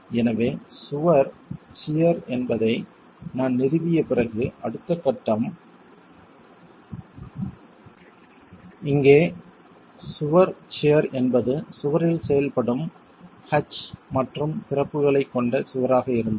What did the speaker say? எனவே சுவர் சியர் என்பதை நான் நிறுவிய பிறகு அடுத்த கட்டம் இங்கே சுவர் சியர் என்பது சுவரில் செயல்படும் H மற்றும் திறப்புகளைக் கொண்ட சுவராக இருந்தால்